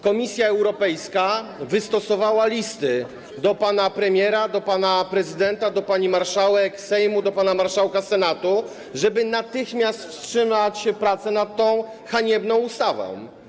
Komisja Europejska wystosowała listy do pana premiera, do pana prezydenta, do pani marszałek Sejmu, do pana marszałka Senatu, żeby natychmiast wstrzymać pracę nad tą haniebną ustawą.